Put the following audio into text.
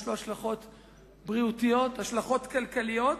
יש לו השלכות בריאותיות, השלכות כלכליות,